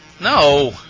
No